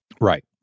Right